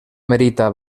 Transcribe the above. merita